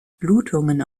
blutungen